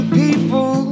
people